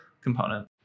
component